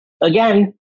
again